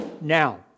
now